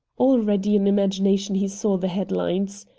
already in imagination he saw the headlines.